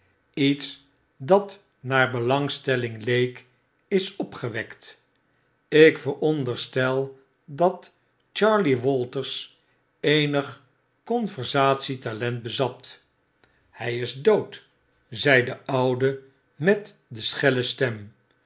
lets dat naar belangstelling leek is opgeweltt ik veronderstel dat charley walters eenig conversatietalent bezat hy is dood zei de oude met de schelle stem